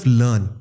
learn